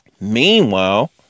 Meanwhile